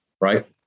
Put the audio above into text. right